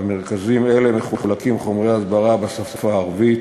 במרכזים אלה מחולקים חומרי הסברה בשפה הערבית